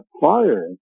fire